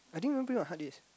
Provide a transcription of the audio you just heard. I didn't even bring my hard disk